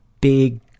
big